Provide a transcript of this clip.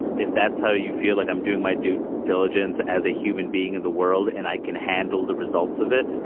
if that's how you feel like i'm doing my due diligence as a human being in the world and i can handle the results of it.